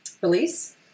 Release